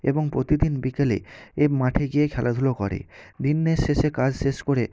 এবং প্রতিদিন বিকেলে এই মাঠে গিয়েই খেলাধুলো করে দিনের শেষে কাজ শেষ করে